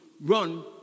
run